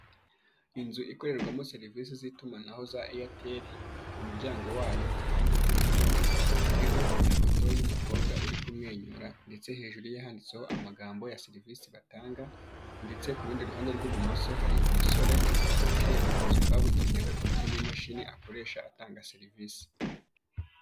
Inzu ikorerwamo serivisi z'itumanaho za airtel, ku muryango wayo ku ruhande rw'iburyo hariho ifoto y'umukobwa uri kumwenyura, ndetse hejuru ye handitse ho amagambo ya serivise batanga, ndetse ku rundi ruhande rw'ibumoso hari umusore wicaye mu kazu kabugenewe, ufite n'imashini akoresha atanga serivisi.